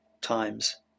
times